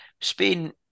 Spain